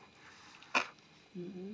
mm mm